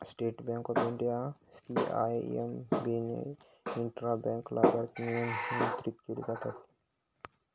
state Bank of India, CIMB ने intra bank लाभार्थीला नियंत्रित केलं जात